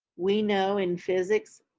we know in physics,